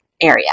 area